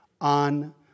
on